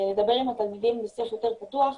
לדבר עם התלמידים בשיח יותר פתוח,